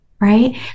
right